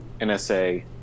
NSA